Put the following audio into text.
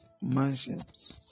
mansions